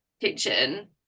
kitchen